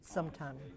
Sometime